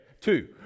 Two